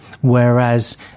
whereas